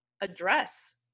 address